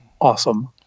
awesome